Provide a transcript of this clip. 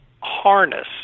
harness